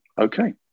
okay